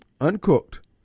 uncooked